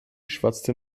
schwatzte